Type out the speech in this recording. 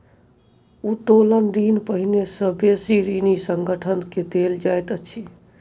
उत्तोलन ऋण पहिने से बेसी ऋणी संगठन के देल जाइत अछि